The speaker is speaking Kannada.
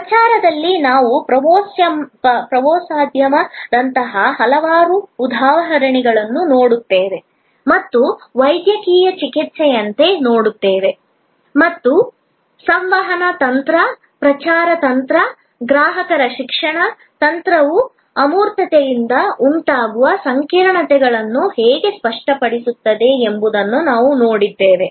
ಪ್ರಚಾರದಲ್ಲಿ ನಾವು ಪ್ರವಾಸೋದ್ಯಮದಂತಹ ಹಲವಾರು ಉದಾಹರಣೆಗಳನ್ನು ನೋಡಿದ್ದೇವೆ ಅಥವಾ ವೈದ್ಯಕೀಯ ಚಿಕಿತ್ಸೆಯಂತೆ ನೋಡಿದ್ದೇವೆ ಮತ್ತು ಸಂವಹನ ತಂತ್ರ ಪ್ರಚಾರ ತಂತ್ರ ಗ್ರಾಹಕರ ಶಿಕ್ಷಣ ತಂತ್ರವು ಅಮೂರ್ತತೆಯಿಂದ ಉಂಟಾಗುವ ಸಂಕೀರ್ಣತೆಗಳನ್ನು ಹೇಗೆ ಸ್ಪಷ್ಟಪಡಿಸುತ್ತದೆ ಎಂಬುದನ್ನು ನಾವು ನೋಡಿದ್ದೇವೆ